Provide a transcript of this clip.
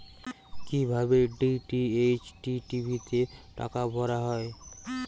কি ভাবে DTH TV তে টাকা ভরা হয়?